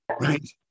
right